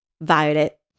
Violet